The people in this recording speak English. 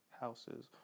houses